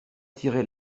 tiraient